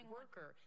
worker